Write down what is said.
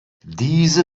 diese